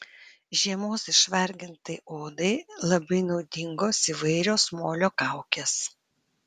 žiemos išvargintai odai labai naudingos įvairios molio kaukės